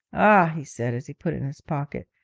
ah, he said, as he put it in his pocket,